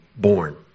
born